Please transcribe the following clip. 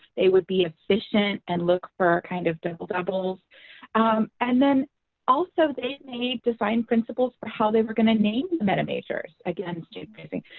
they would be efficient and look for our kind of double doubles and then also, they may design principles for how they were going to name the meta majors, again student-facing,